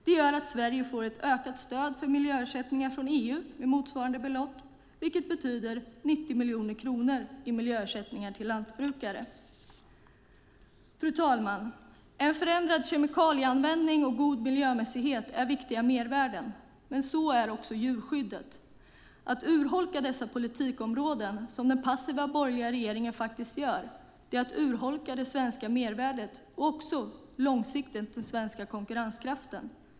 Det gör att Sverige får ökat stöd för miljöersättningar från EU med motsvarande belopp, vilket betyder 90 miljoner kronor i miljöersättningar till lantbrukare. Fru talman! En förändrad kemikalieanvändning och god miljömässighet är viktiga mervärden, men det gäller också djurskyddet. Att urholka dessa politikområden, vilket den passiva borgerliga regeringen faktiskt gör, är att urholka det svenska mervärdet och långsiktigt även den svenska konkurrenskraften.